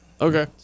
Okay